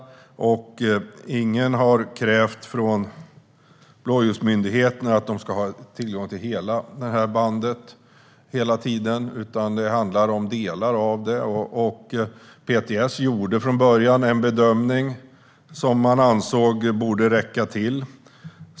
Ingen från blåljusmyndigheterna har krävt att de ska ha tillgång till hela bandet hela tiden, utan det handlar om delar av det. PTS gjorde från början en bedömning som man ansåg borde räcka till.